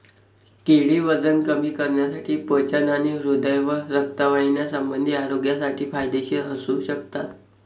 केळी वजन कमी करण्यासाठी, पचन आणि हृदय व रक्तवाहिन्यासंबंधी आरोग्यासाठी फायदेशीर असू शकतात